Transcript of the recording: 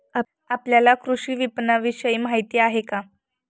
आपल्याला कृषी विपणनविषयी माहिती आहे का?